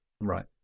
Right